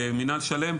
במנהל שלם,